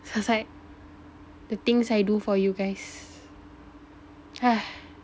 so I was like the thing I do for you guys